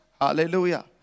Hallelujah